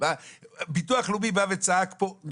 ביטוח לאומי בא וצעק פה,